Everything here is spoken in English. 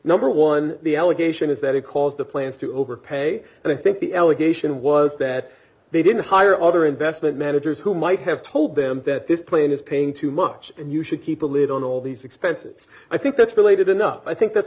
number one d the allegation is that he calls the plans to overpay and i think the allegation was that they didn't hire other investment managers who might have told them that this plane is paying too much and you should keep a lid on all these expenses i think that's related enough i think that's